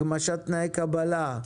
הגמשת תנאי קבלה,